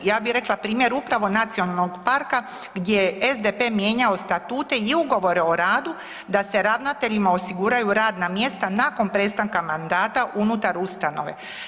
Ja bi rekla primjer upravo nacionalnog parka gdje je SDP mijenjao statute i Ugovore o radu da se ravnateljima osiguraju radna mjesta nakon prestanka mandata unutar ustanove.